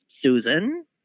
Susan